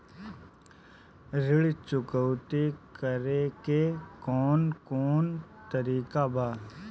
ऋण चुकौती करेके कौन कोन तरीका बा?